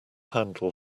handle